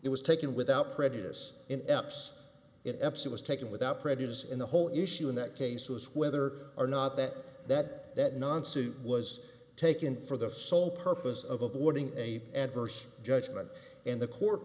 it was taken without prejudice in eps in eps it was taken without prejudice and the whole issue in that case was whether or not that that that nonces was taken for the sole purpose of avoiding a adverse judgment in the court